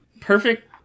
Perfect